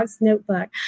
notebook